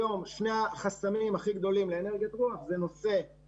היום שני החסמים הכי גדולים לאנרגיית רוח זה אי-הסכמות